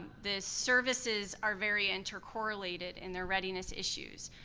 the services are very inter-correlated in their readiness issues.